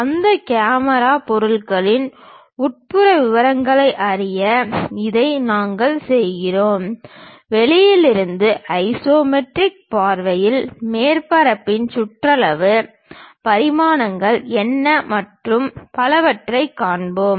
அந்த கேமரா பொருளின் உட்புற விவரங்களை அறிய இதை நாங்கள் செய்கிறோம் வெளியில் இருந்து ஐசோமெட்ரிக் பார்வையில் மேற்பரப்பின் சுற்றளவு பரிமாணங்கள் என்ன மற்றும் பலவற்றைக் காண்போம்